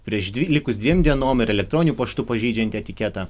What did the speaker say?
prieš dvi likus dviem dienom ir elektroniniu paštu pažeidžiant etiketą